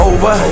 Over